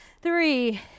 three